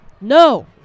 no